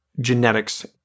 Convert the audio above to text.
genetics